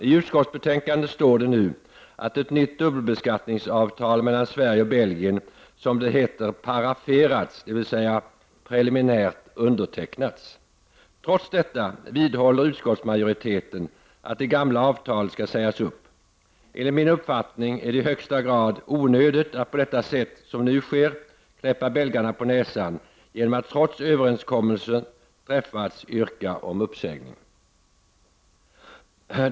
I utskottsbetänkandet står det nu att ett nytt dubbelbeskattningsavtal mellan Sverige och Belgien, som det heter, paraferats — dvs. preliminärt undertecknats. Trots detta vidhåller utskottsmajoriteten att det gamla avtalet skall sägas upp. Enligt min uppfattning är det i högsta grad onödigt att på det sätt som nu sker knäppa belgarna på näsan genom att, trots att överenskommelse träffats, yrka om uppsägning.